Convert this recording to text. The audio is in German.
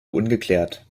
ungeklärt